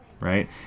right